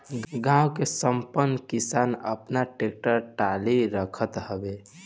गांव के संपन्न किसान आपन टेक्टर टाली रखत हवे